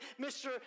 Mr